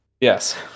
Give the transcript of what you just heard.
Yes